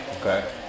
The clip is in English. okay